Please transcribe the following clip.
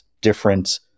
different